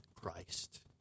Christ